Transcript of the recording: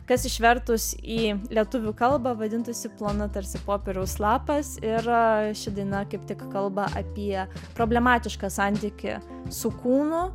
kas išvertus į lietuvių kalbą vadintųsi plona tarsi popieriaus lapas ir ši daina kaip tik kalba apie problematišką santykį su kūnu